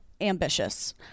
ambitious